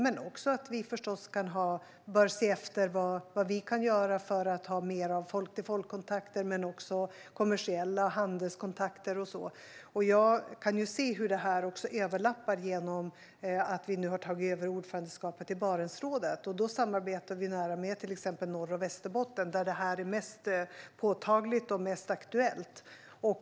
Men vi bör också se vad vi kan göra för att ha mer av folk-till-folk-kontakter och också kommersiella kontakter och så vidare. En del av detta överlappar vartannat. Vi har nu tagit över ordförandeskapet i Barentsrådet, och där samarbetar vi nära med Norr och Västerbotten, där detta är mest påtagligt och mest aktuellt.